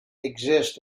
exist